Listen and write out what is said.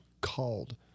called